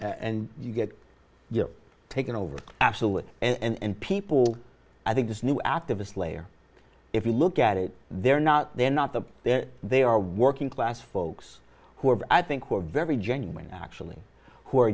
and you get your taken over absolutely and people i think this new activist layer if you look at it they're not they're not the they're they are working class folks who are i think were very genuine actually who are